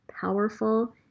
powerful